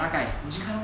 大概你去看 lor